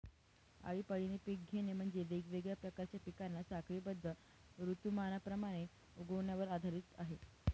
आळीपाळीने पिक घेणे म्हणजे, वेगवेगळ्या प्रकारच्या पिकांना साखळीबद्ध ऋतुमानाप्रमाणे उगवण्यावर आधारित आहे